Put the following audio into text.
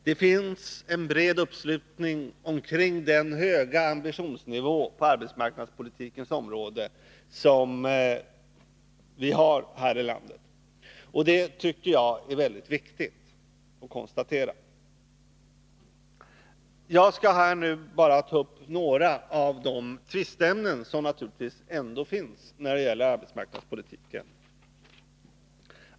Det finns en bred uppslutning kring den höga ambitionsnivån på arbetsmarknadspolitikens område här i landet. Det tycker jag är väldigt viktigt att konstatera. Jag skall här bara ta upp några av de tvisteämnen som naturligtvis ändå finns när det gäller arbetsmarknadspolitiken.